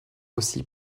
aussi